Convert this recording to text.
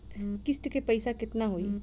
किस्त के पईसा केतना होई?